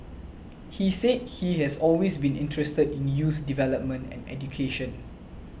he said he has always been interested in youth development and education